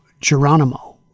Geronimo